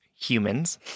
humans